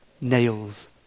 nails